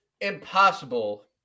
impossible